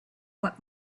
what